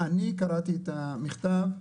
אני קראתי את המכתב,